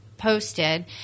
posted